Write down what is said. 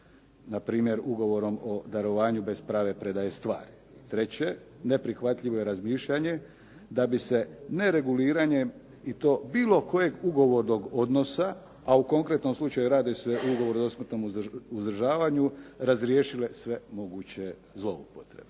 Na primjer, ugovorom o darovanju bez prave predaje stvari. Treće, neprihvatljivo je razmišljanje da bi se nereguliranjem i to bilo kojeg ugovornog odnosa, a u konkretnom slučaju radi se o ugovoru o dosmrtnom uzdržavanju razriješile sve moguće zloupotrebe.